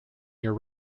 your